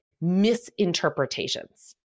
misinterpretations